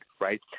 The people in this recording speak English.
right